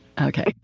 Okay